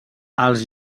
els